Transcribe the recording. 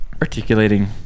articulating